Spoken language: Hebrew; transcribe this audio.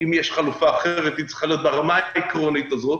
ואם יש חלופה אחרת היא צריכה להיות ברמה העקרונית הזאת,